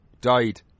died